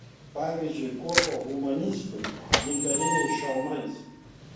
pavyzdžiui kuopą humanistų gintariniais šalmais